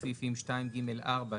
תחילת סעיפים 2ג8. הוראות סעיפים 2ג(4),